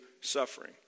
suffering